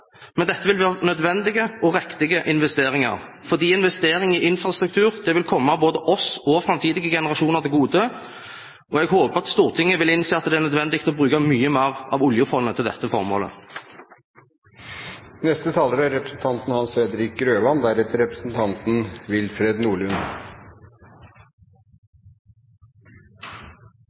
Men dette vil være nødvendige og riktige investeringer fordi investering i infrastruktur vil komme både oss og framtidige generasjoner til gode. Jeg håper at Stortinget vil innse at det er nødvendig å bruke mye mer av oljefondet til dette